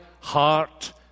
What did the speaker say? heart